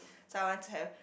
so I want to have